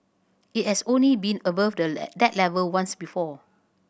it has only been above that level once before